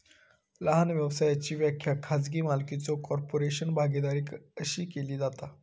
लहान व्यवसायाची व्याख्या खाजगी मालकीचो कॉर्पोरेशन, भागीदारी अशी केली जाता